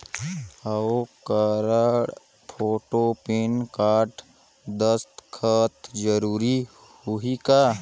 हव card, photo, PAN card, दस्खत जरूरी होही का?